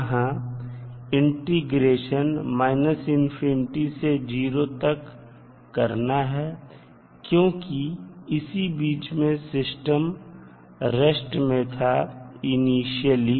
यहां इंटीग्रेशन से 0 तक करना है क्योंकि इसी बीच में सिस्टम रेस्ट में था इनिशियली